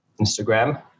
Instagram